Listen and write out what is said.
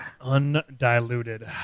Undiluted